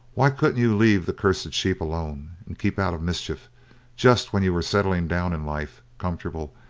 why couldn't you leave the cursed sheep alone and keep out of mischief just when you were settling down in life comfortable,